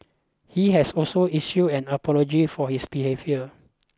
he has also issued an apology for his behaviour